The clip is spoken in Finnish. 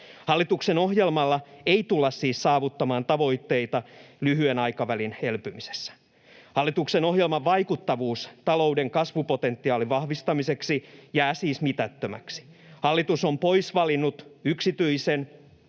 Hallituksen ohjelmalla ei siis tulla saavuttamaan tavoitteita lyhyen aikavälin elpymisessä. Hallituksen ohjelman vaikuttavuus talouden kasvupotentiaalin vahvistamiseksi jää siis mitättömäksi. Hallitus on poisvalinnut yksityisen,